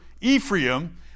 Ephraim